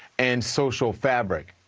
and social fabric.